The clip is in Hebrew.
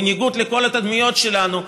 בניגוד לכל התדמיות שלנו,